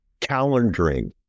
Calendaring